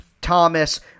Thomas